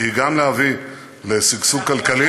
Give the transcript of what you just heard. שהיא גם להביא לשגשוג כלכלי,